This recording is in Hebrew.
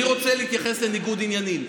אני רוצה להתייחס לניגוד עניינים: